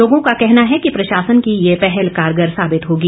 लोगों का कहना है कि प्रशासन की ये पहल कारगर साबित होगी